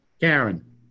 Karen